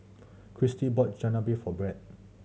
Chastity bought Chigenabe for Brett